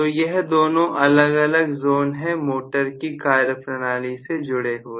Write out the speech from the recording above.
तो यह दोनों अलग अलग जोन है मोटर की कार्यप्रणाली से जुड़े हुए